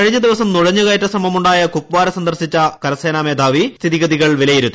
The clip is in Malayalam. കഴിഞ്ഞു ദിവസം നുഴഞ്ഞുകയറ്റ ശ്രമമുണ്ടായ കുപ്പാര സന്ദർശിച്ച കരസ്സേന്റ് മേധാവി സ്ഥിതിഗതികൾ വിലയിരുത്തി